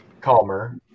Calmer